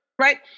Right